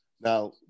Now